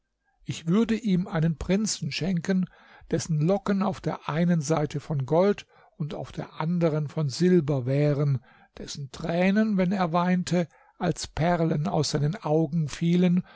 ich würde ihm einen prinzen schenken dessen locken auf der einen seite von gold und auf der anderen von silber wären dessen tränen wenn er weinte als perlen aus seinen augen fielen